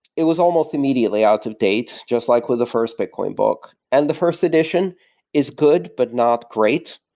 it was almost immediately out-of-date just like with the first bitcoin book. and the first edition is good, but not great.